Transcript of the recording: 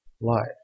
life